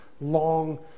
long